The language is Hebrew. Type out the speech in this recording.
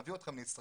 נביא אתכם לישראל.